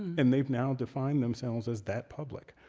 and they've now defined themselves as that public.